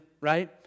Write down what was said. right